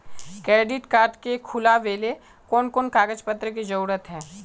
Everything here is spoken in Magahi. क्रेडिट कार्ड के खुलावेले कोन कोन कागज पत्र की जरूरत है?